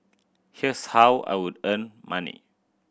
here's how I would earn money